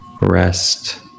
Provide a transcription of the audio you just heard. rest